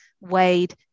Weighed